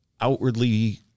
outwardly